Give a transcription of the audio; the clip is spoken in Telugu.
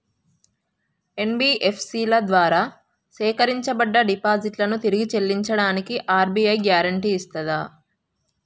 ఎన్.బి.ఎఫ్.సి ల ద్వారా సేకరించబడ్డ డిపాజిట్లను తిరిగి చెల్లించడానికి ఆర్.బి.ఐ గ్యారెంటీ ఇస్తదా?